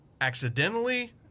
accidentally –